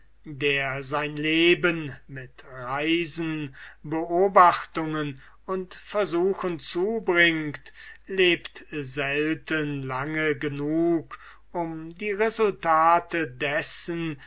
der sein leben mit reisen beobachtungen und versuchen zubringt lebt selten lange genug um die resultate dessen